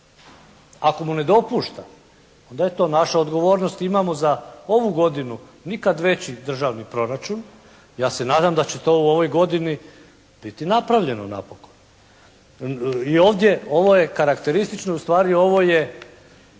Ako mu ne dopušta onda je to naša odgovornost i imamo za ovu godinu nikad veći državni proračun, ja se nadam da će to u ovoj godini biti napravljeno napokon i ovdje, ovo je karakteristično, ustvari ovo je